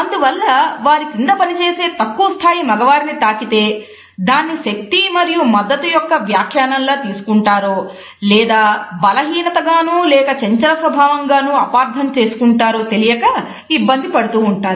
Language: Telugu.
అందువల్ల వారి కింద పనిచేసే తక్కువస్థాయి మగవారిని తాకితే దాన్ని శక్తి మరియు మద్దతు యొక్క వ్యాఖ్యానంలా తీసుకుంటారో లేదా బలహీనత గాను లేక చంచల స్వభావం గానూ అపార్థం చేసుకుంటారో తెలియక ఇబ్బంది పడుతుంటారు